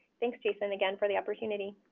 thanks jason again for the opportunity.